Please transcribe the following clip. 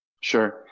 Sure